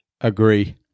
Agree